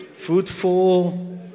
fruitful